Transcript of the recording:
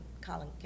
Colin